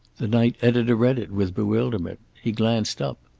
the night editor read it with bewilderment. he glanced up.